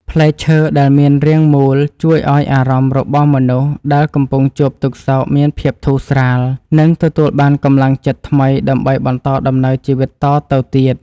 ផ្លែឈើដែលមានរាងមូលជួយឱ្យអារម្មណ៍របស់មនុស្សដែលកំពុងជួបទុក្ខសោកមានភាពធូរស្រាល និង ទទួលបានកម្លាំងចិត្តថ្មីដើម្បីបន្តដំណើរជីវិតតទៅទៀត។